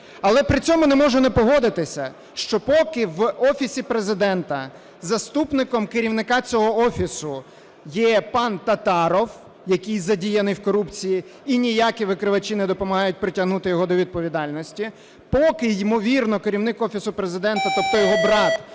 Але при цьому не можу не погодитися, що поки в Офісі Президента заступником Керівника цього Офісу є пан Татаров, який задіяний в корупції, і ніякі викривачі не допомагають притягнути його до відповідальності, поки ймовірно керівник Офісу Президента, тобто його брат,